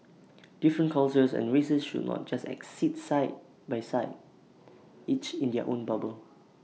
different cultures and races should not just exist side by side each in their own bubble